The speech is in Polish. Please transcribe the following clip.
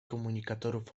komunikatorów